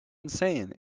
insane